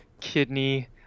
kidney